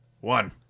One